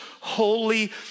holy